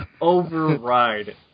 Override